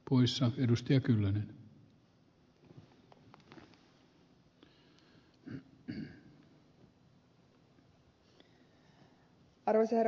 arvoisa herra puhemies